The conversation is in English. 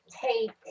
take